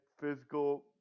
physical